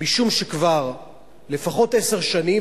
משום שכבר לפחות עשר שנים,